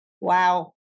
Wow